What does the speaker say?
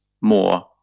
more